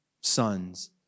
sons